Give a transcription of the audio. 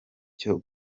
cyo